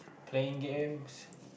playing games